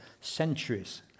centuries